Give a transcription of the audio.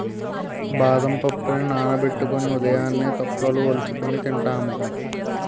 బాదం పప్పుని నానబెట్టుకొని ఉదయాన్నే తొక్క వలుచుకొని తింటాము